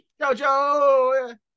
Jojo